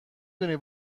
دونی